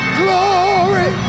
glory